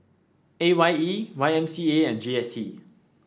A Y E Y M C A and G S T